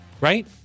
right